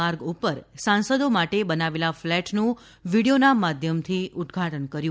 માર્ગ ઉપર સાંસદો માટે બનાવેલા ફ્લેટનું વીડિયોના માધ્યમથી ઉદઘાટન કર્યું